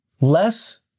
less